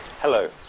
Hello